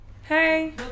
Hey